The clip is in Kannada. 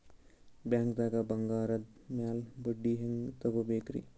ಬ್ಯಾಂಕ್ದಾಗ ಬಂಗಾರದ್ ಮ್ಯಾಲ್ ಬಡ್ಡಿ ಹೆಂಗ್ ತಗೋಬೇಕ್ರಿ?